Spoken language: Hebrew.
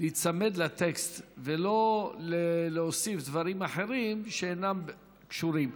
להיצמד לטקסט ולא להוסיף דברים אחרים שאינם קשורים.